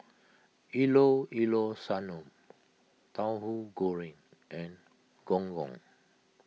Llao Llao Sanum Tauhu Goreng and Gong Gong